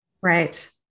Right